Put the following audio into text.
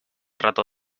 rato